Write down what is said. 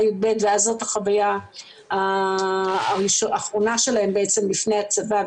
י"ב ואז זאת החוויה האחרונה שלהם בעצם לפני הצבא,